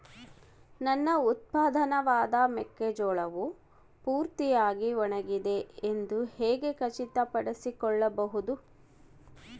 ನನ್ನ ಉತ್ಪನ್ನವಾದ ಮೆಕ್ಕೆಜೋಳವು ಪೂರ್ತಿಯಾಗಿ ಒಣಗಿದೆ ಎಂದು ಹೇಗೆ ಖಚಿತಪಡಿಸಿಕೊಳ್ಳಬಹುದು?